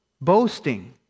boasting